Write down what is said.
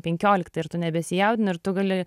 penkioliktą ir tu nebesijaudini ir tu gali